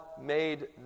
made